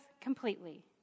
completely